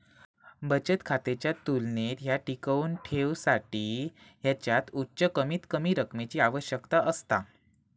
बचत खात्याच्या तुलनेत ह्या टिकवुन ठेवसाठी ह्याच्यात उच्च कमीतकमी रकमेची आवश्यकता असता